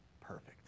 perfect